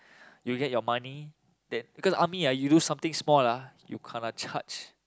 you get your money then cause army ah you do something small lah you kena charged